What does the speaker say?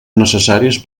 necessaris